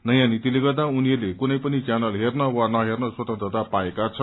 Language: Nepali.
नयाँ नीतिले गर्दा उनीहरूले कूनै पनि च्यानल हेर्न वा नहेर्न स्वतन्त्रता पाएका छन्